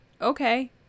Okay